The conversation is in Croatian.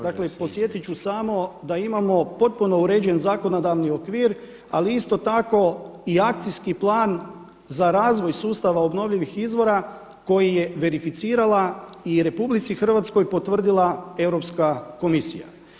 Dakle podsjetiti ću samo da imamo potpuno uređen zakonodavni okvir ali isto tako i akcijski plan za razvoj sustava obnovljivih izvora koji je verificirala i RH potvrdila Europska komisija.